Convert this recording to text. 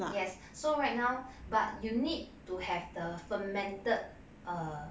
yes so right now but you need to have the fermented uh